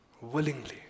willingly